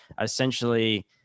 Essentially